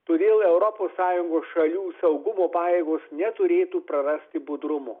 todėl europos sąjungos šalių saugumo pajėgos neturėtų prarasti budrumo